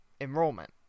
enrollment